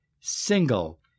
single